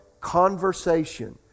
conversation